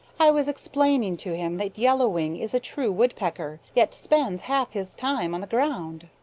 i was explaining to him that yellow wing is a true woodpecker, yet spends half his time on the ground.